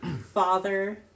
father